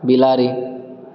बिलाड़ि